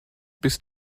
bis